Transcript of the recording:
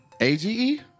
A-G-E